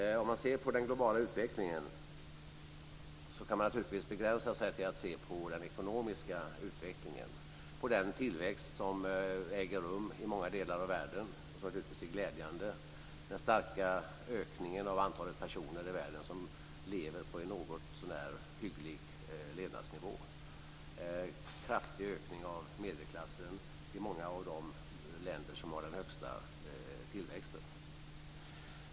Om man ser på den globala utvecklingen kan man naturligtvis begränsa sig till att se på den ekonomiska utvecklingen - på den tillväxt som äger rum i många delar av världen och som naturligtvis är glädjande och på den stora ökningen av antalet personer i världen som lever på en något sånär hygglig levnadsnivå. Det är en kraftig ökning av medelklassen i många av de länder som har den högsta tillväxten.